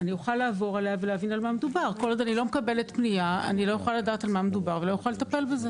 תעשו את זה בצורה מסודרת ונוכל להתייחס לזה.